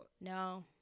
No